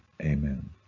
amen